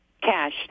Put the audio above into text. cash